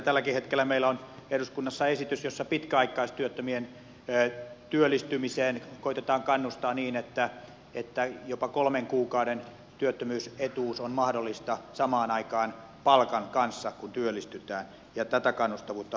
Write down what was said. tälläkin hetkellä meillä on eduskunnassa esitys jossa pitkäaikaistyöttömien työllistymiseen koetetaan kannustaa niin että jopa kolmen kuukauden työttömyysetuus on mahdollinen samaan aikaan palkan kanssa kun työllistytään ja tätä kannustavuutta haetaan